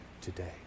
today